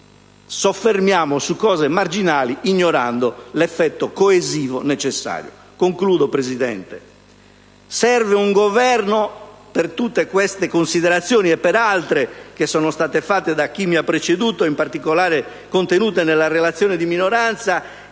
soffermiamo su cose marginali, ignorando l'effetto coesivo necessario. Concludo, Presidente. Per tutte queste considerazioni e per altre che sono state fatte da chi mi ha preceduto, in particolare contenute nella relazione di minoranza,